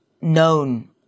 known